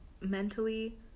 mentally